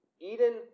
Eden